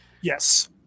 yes